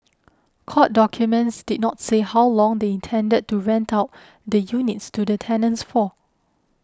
court documents did not say how long they intended to rent out the units to the tenants for